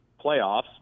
playoffs